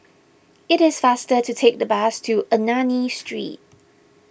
it is faster to take the bus to Ernani Street